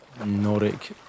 Nordic